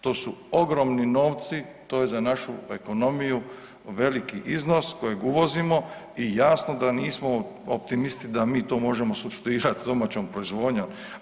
To su ogromni novci, to je za našu ekonomiju veliki iznos kojeg uvozimo i jasno da nismo optimisti da mi to možemo supstituirati s domaćom proizvodnjom.